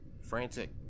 frantic